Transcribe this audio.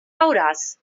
veuràs